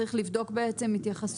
צריך לבדוק התייחסות